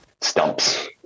stumps